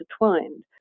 intertwined